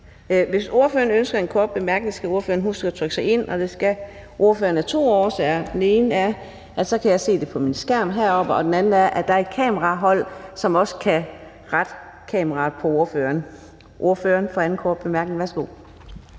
Hvis ordføreren ønsker en kort bemærkning, skal ordføreren huske at trykke sig ind, og det skal ordføreren af to årsager. Den ene er, at så kan jeg se det på min skærm heroppe, og den anden er, at der er et kamerahold, som så også kan rette kameraet mod ordføreren. Ordføreren for sin anden korte bemærkning. Værsgo.